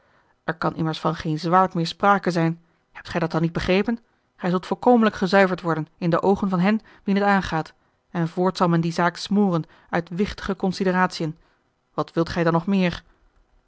er kan immers van geen zwaard meer sprake zijn hebt gij dat dan niet begrepen gij zult volkomenlijk gezuiverd worden in de oogen van hen wien t aangaat en voorts zal men die zaak smoren uit wichtige consideratiën wat wilt gij dan nog meer